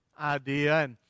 idea